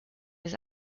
his